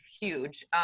huge